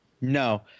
No